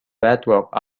bedrock